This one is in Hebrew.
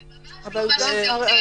זה ממש לא מה שזה אומר.